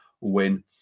win